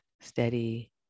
steady